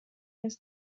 this